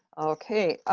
okay,